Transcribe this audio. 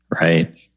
Right